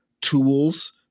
tools